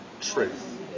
truth